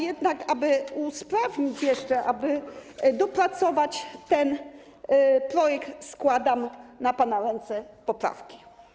Jednak aby usprawnić jeszcze, dopracować ten projekt składam na pana ręce poprawki.